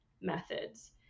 methods